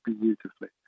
beautifully